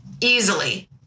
easily